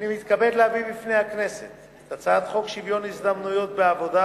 אני מתכבד להביא בפני הכנסת את הצעת חוק שוויון ההזדמנויות בעבודה